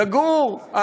לגור?